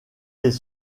des